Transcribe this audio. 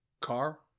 car